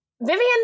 Vivian